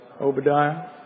Obadiah